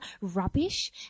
rubbish